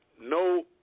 no